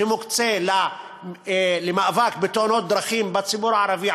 שמוקצה למאבק בתאונות דרכים בציבור הערבי,